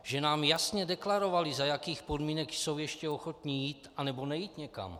Že nám jasně deklarovali, za jakých podmínek jsou ještě ochotni jít anebo nejít někam.